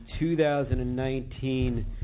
2019